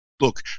Look